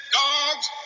dogs